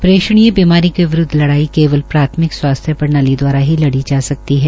प्रषणीय बीमारी के विरूदव लडाई केवल प्राथमिक स्वास्थ्य प्रणाली द्वारा ही लड़ी जा सकती है